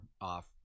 off